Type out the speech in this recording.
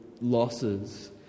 losses